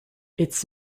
its